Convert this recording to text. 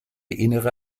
innere